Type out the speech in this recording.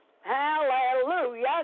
Hallelujah